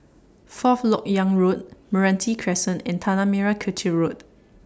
Fourth Lok Yang Road Meranti Crescent and Tanah Merah Kechil Road